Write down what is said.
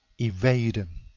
evade him.